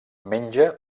menja